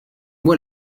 moi